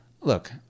Look